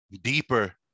deeper